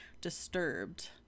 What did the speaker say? disturbed